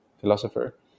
philosopher